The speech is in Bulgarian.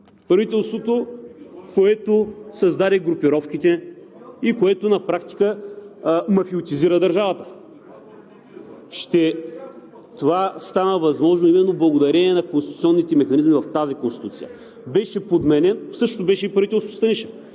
правителството, което създаде групировките и което на практика мафиотизира държавата. Това стана възможно именно благодарение на конституционните механизми в тази Конституция. Същото беше и при правителството на Станишев.